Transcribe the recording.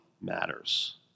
matters